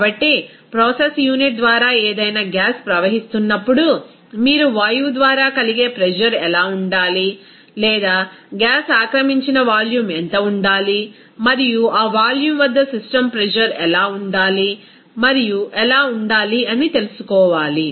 కాబట్టి process unit ద్వారా ఏదైనా గ్యాస్ ప్రవహిస్తున్నప్పుడు మీరు వాయువు ద్వారా కలిగే ప్రెజర్ ఎలా ఉండాలి లేదా గ్యాస్ ఆక్రమించిన వాల్యూమ్ ఎంత ఉండాలి మరియు ఆ వాల్యూమ్ వద్ద సిస్టమ్ ప్రెజర్ ఎలా ఉండాలి మరియు ఎలా ఉండాలి అని తెలుసుకోవాలి